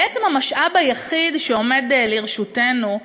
בעצם המשאב היחיד שעומד לרשותנו,